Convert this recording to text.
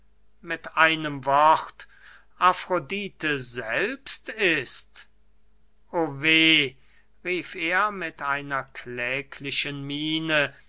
mit einem wort afrodite selber ist o weh rief er mit einer kläglichen miene